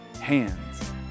hands